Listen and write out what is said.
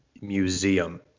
museum